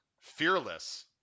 Fearless